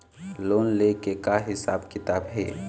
Loan ले के का हिसाब किताब हे?